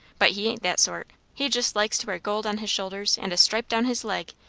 but he ain't that sort. he just likes to wear gold on his shoulders, and a stripe down his leg,